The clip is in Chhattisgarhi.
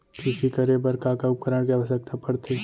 कृषि करे बर का का उपकरण के आवश्यकता परथे?